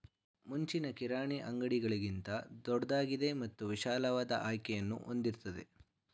ಮುಂಚಿನ ಕಿರಾಣಿ ಅಂಗಡಿಗಳಿಗಿಂತ ದೊಡ್ದಾಗಿದೆ ಮತ್ತು ವಿಶಾಲವಾದ ಆಯ್ಕೆಯನ್ನು ಹೊಂದಿರ್ತದೆ